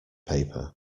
paper